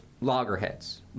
loggerheads